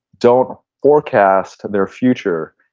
don't forecast their future.